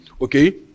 Okay